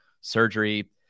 surgery